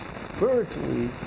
spiritually